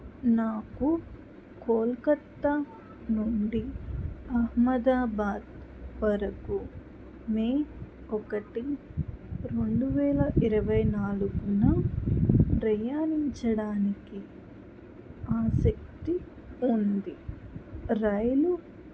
నాకు కోల్కత్తా నుండి అహ్మదాబాద్ వరకు మే ఒకటి రెండు వేల ఇరవై నాలుగున ప్రయాణించడానికి ఆసక్తి ఉంది రైలు